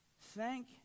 Thank